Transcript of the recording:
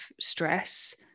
stress